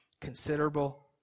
considerable